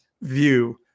view